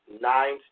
nine